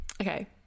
okay